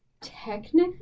technically